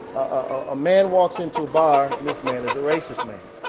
a man walks into a bar, and this man is a racist man.